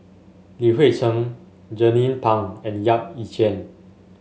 Li Hui Cheng Jernnine Pang and Yap Ee Chian